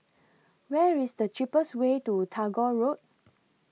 Where IS The cheapest Way to Tagore Road